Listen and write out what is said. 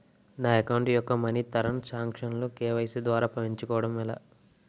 నా అకౌంట్ యెక్క మనీ తరణ్ సాంక్షన్ లు కే.వై.సీ ద్వారా పెంచుకోవడం ఎలా?